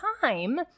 time